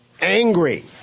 angry